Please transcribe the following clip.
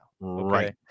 Right